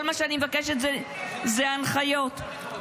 כל מה שאני מבקשת זה הנחיות ----- וסרלאוף,